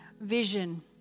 Vision